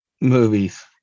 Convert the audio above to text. Movies